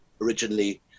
originally